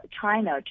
China